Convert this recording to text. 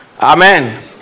amen